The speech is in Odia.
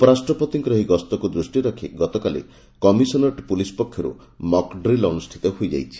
ଉପରାଷ୍ଟ୍ରପତିଙ୍କର ଏହି ଗସ୍ତକୁ ଦୃଷ୍ଟିରେ ରଖି କମିଶନରେଟ୍ ପୁଲିସ୍ ପକ୍ଷରୁ ମକ୍ଡ୍ରିଲ୍ ଅନୁଷ୍ଠିତ ହୋଇଯାଇଛି